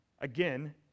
again